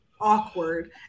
awkward